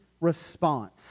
response